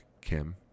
Kim